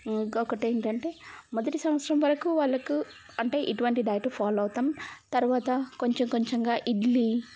ఇంకొకటేంటంటే మొదటి సంవత్సరం వరకు వాళ్ళకు అంటే ఇటువంటి డైట్ ఫాలో అవుతాం తర్వాత కొంచెం కొంచెంగా ఇడ్లీ